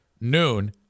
noon